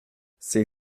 ces